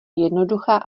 jednoduchá